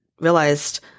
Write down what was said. realized